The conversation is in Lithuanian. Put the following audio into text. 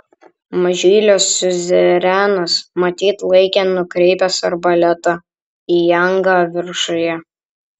mažylio siuzerenas matyt laikė nukreipęs arbaletą į angą viršuje